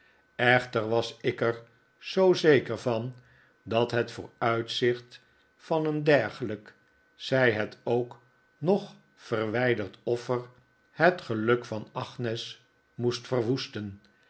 echter was ik er zoo zeker van dat het vooruitzicht van een dergelijk zij het ook nog verwijderd offer het geluk van agnes moest verwoesten